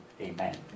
amen